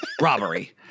Robbery